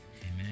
Amen